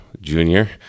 junior